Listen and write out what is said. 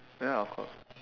ya of course